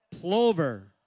Plover